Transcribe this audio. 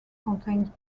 contains